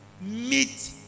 meet